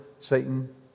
Satan